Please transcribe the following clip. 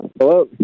Hello